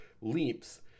leaps